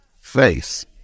face